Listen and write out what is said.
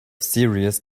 serious